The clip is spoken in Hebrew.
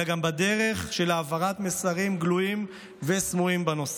אלא גם בדרך של העברת מסרים גלויים וסמויים בנושא.